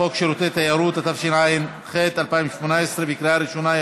חוק שירותי תיירות, התשע"ח 2018, בקריאה ראשונה.